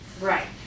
Right